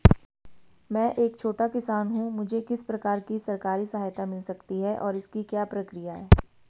मैं एक छोटा किसान हूँ मुझे किस प्रकार की सरकारी सहायता मिल सकती है और इसकी क्या प्रक्रिया है?